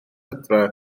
adre